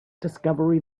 discovery